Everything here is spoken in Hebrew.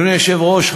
אדוני היושב-ראש,